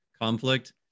conflict